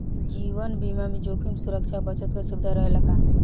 जीवन बीमा में जोखिम सुरक्षा आ बचत के सुविधा रहेला का?